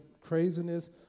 craziness